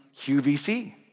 QVC